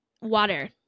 water